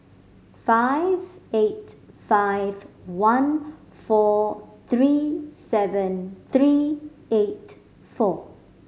five eight five one four three seven three eight four